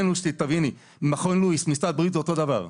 תביני שבשבילנו מכון לואיס ומשרד הבריאות זה אותו דבר.